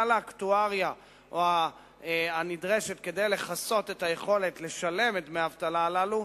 האקטואריה הנדרשת כדי לכסות את היכולת לשלם את דמי האבטלה הללו.